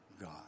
God